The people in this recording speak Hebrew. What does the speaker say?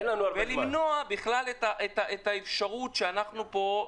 ולמנוע את האפשרות שאנחנו פה,